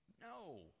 no